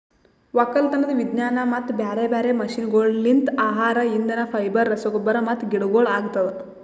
ಒಕ್ಕಲತನದ್ ವಿಜ್ಞಾನ ಮತ್ತ ಬ್ಯಾರೆ ಬ್ಯಾರೆ ಮಷೀನಗೊಳ್ಲಿಂತ್ ಆಹಾರ, ಇಂಧನ, ಫೈಬರ್, ರಸಗೊಬ್ಬರ ಮತ್ತ ಗಿಡಗೊಳ್ ಆಗ್ತದ